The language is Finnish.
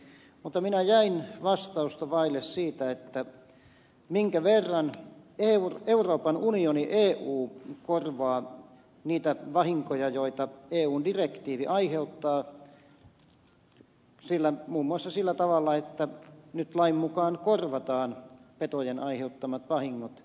mutta minä jäin vastausta vaille siinä minkä verran euroopan unioni eu korvaa niitä vahinkoja joita eun direktiivi aiheuttaa muun muassa sillä tavalla että nyt lain mukaan korvataan petojen aiheuttamat vahingot